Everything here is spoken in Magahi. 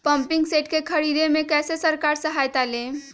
पम्पिंग सेट के ख़रीदे मे कैसे सरकार से सहायता ले?